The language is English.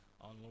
on